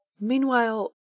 Meanwhile